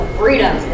freedom